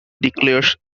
declares